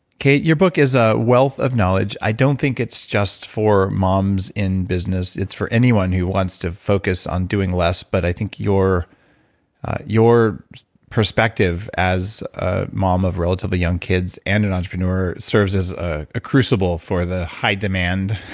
kate, your book is a wealth of knowledge. i don't think it's just for moms in business, it's for anyone who wants to focus on doing less. but i think your your perspective as a mom of relatively young kids and an entrepreneur serves as ah a crucible for the high demand